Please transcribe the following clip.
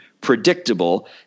predictable